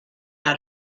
out